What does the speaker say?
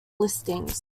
listings